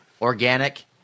Organic